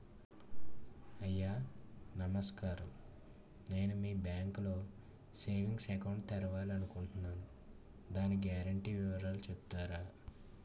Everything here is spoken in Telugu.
అయ్యా నమస్కారం నేను మీ బ్యాంక్ లో సేవింగ్స్ అకౌంట్ తెరవాలి అనుకుంటున్నాను దాని గ్యారంటీ వివరాలు చెప్తారా?